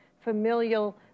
familial